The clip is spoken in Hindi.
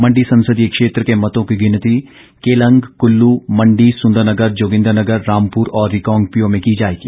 मंडी संसदीय क्षेत्र के मतों की गिनती केलंग कुल्ल मंडी सुंदरनगर जोगिंद्रनगर रामपुर और रिकांगपिओ में की जाएगी